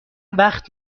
وقت